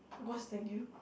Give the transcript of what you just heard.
worse than you